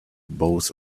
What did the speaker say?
both